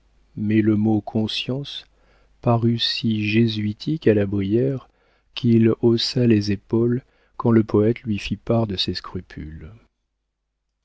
mais le mot conscience parut si jésuitique à la brière qu'il haussa les épaules quand le poëte lui fit part de ses scrupules